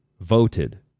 voted